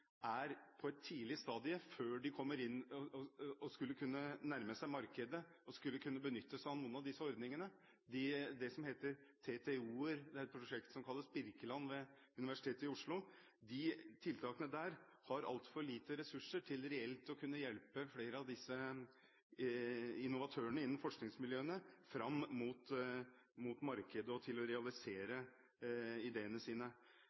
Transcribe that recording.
på et tidlig stadium – før de kommer inn og kan nærme seg markedet og benytte noen av disse ordningene, TTO-er. Ved Universitetet i Oslo er det et prosjekt som kalles Birkeland Innovasjon. Det har altfor lite ressurser til reelt å kunne hjelpe flere av disse innovatørene innen forskningsmiljøene fram mot markedet og til å realisere ideene sine.